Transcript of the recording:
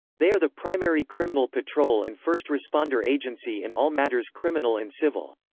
they are the primary criminal patrol and first responder agency in all matters criminal and civil.